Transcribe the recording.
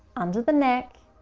under the neck,